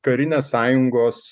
karinės sąjungos